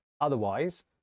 otherwise